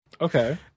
Okay